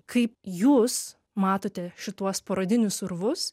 kaip jūs matote šituos parodinius urvus